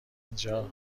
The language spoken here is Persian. اینجا